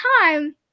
time